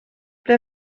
ble